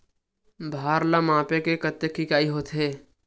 भार ला मापे के कतेक इकाई होथे?